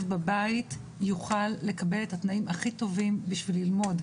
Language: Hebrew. בבית יוכל לקבל את התנאים הכי טובים בשביל ללמוד.